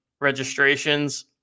registrations